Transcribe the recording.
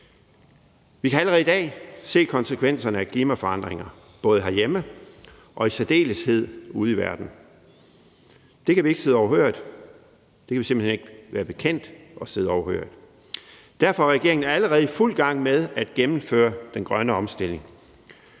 Vi kan allerede i dag se konsekvenserne af klimaforandringer, både herhjemme og i særdeleshed ude i verden. Det kan vi ikke sidde overhørig; det kan vi simpelt hen ikke være bekendt at sidde overhørig. Derfor er regeringen allerede i fuld gang med at gennemføre den grønne omstilling.